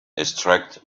struck